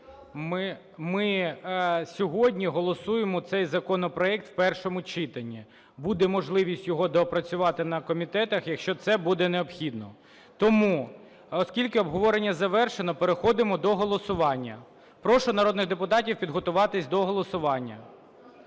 ми сьогодні голосуємо цей законопроект в першому читанні. Буде можливість його доопрацювати на комітетах, якщо це буде необхідно. Тому, оскільки обговорення завершено, переходимо до голосування. Прошу народних депутатів підготуватися до голосування.